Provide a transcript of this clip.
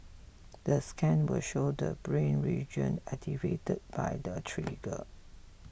the scan will show the brain region activated by the trigger